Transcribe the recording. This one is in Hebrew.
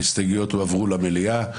ההסתייגויות יועברו למליאה.